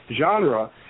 Genre